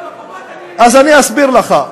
אני אסביר לך.